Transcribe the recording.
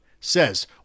says